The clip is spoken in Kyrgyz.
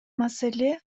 маселе